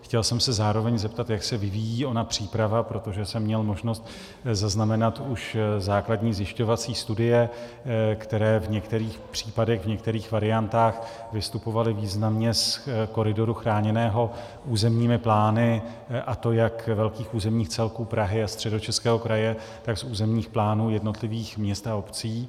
Chtěl jsem se zároveň zeptat, jak se vyvíjí ona příprava, protože jsem měl možnost zaznamenat už základní zjišťovací studie, které v některých případech, některých variantách vystupovaly významně z koridoru chráněného územními plány, a to jak velkých územních celků Prahy a Středočeského kraje, tak z územních plánů jednotlivých měst a obcí.